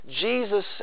Jesus